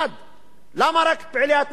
למה רק את פעילי התנועה החברתית?